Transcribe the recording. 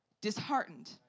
disheartened